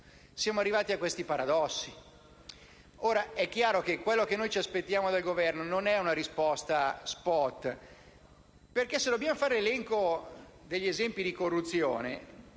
Siamo arrivati a questi paradossi. Ora, è chiaro che noi non ci aspettiamo dal Governo una risposta *spot* perché se dobbiamo fare l'elenco degli esempi di corruzione,